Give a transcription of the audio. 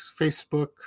Facebook